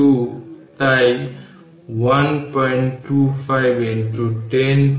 সুতরাং v eq 100 microcoulomb এবং Ceq 2 আপনার মাইক্রোফ্যারাড